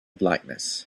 blackness